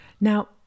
Now